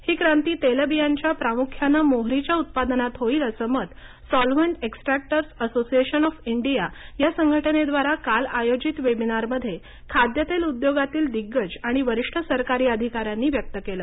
ही क्रांती तेलबियांच्या प्रामुख्यानं मोहरीच्या उत्पादनात होईल असं मत solvent extractors association of India या संघटनेद्वारा काल आयोजित वेबिनारमध्ये खाद्यतेल उद्योगातील दिग्गज आणि वरिष्ठ सरकारी अधिकाऱ्यांनी व्यक्त केलं